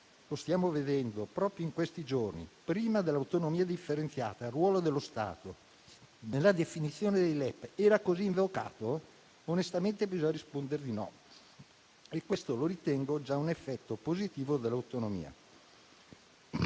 Lo stiamo vedendo proprio in questi giorni: prima dell'autonomia differenziata, il ruolo dello Stato nella definizione dei LEP era così invocato? Onestamente, bisogna rispondere di no e questo lo ritengo già un effetto positivo dell'autonomia.